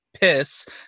piss